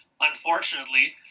unfortunately